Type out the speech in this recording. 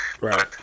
Right